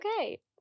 Okay